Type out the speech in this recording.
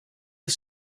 the